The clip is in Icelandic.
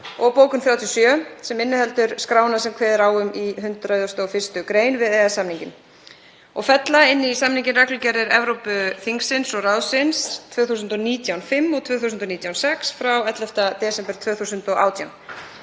og bókun 37, sem inniheldur skrána sem kveðið er á um í 101. gr., við EES-samninginn og fella inn í samninginn reglugerðir Evrópuþingsins og ráðsins 2019/5 og 2019/6 frá 11. desember 2018.